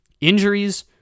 Injuries